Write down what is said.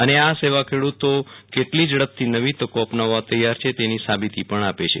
અને આ સેવા ખેડૂતો કેટલી ઝડપથી નવી તકો અપનાવવા તેયાર છે તેની સાબિતી પણ આપે છે